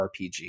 RPG